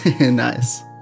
Nice